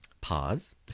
Pause